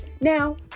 Now